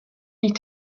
die